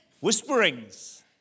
Whisperings